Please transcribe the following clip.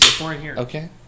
Okay